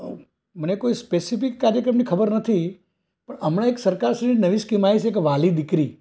મને કોઈ સ્પેસિફિક કાર્યક્રમની ખબર નથી પણ હમણાં એક સરકારશ્રીની નવી સ્કીમ આવી છે કે વ્હાલી દીકરી